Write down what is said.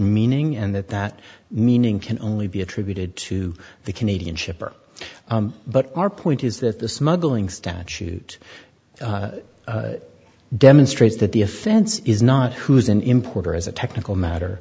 meaning and that that meaning can only be attributed to the canadian shipper but our point is that the smuggling statute demonstrates that the offense is not who's an importer as a technical matter